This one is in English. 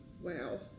wow